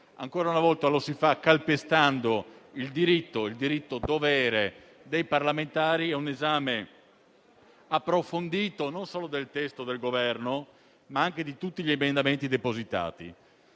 Ancora una volta, lo si fa calpestando il diritto-dovere dei parlamentari ad un esame approfondito non solo del testo del Governo, ma anche di tutti gli emendamenti depositati.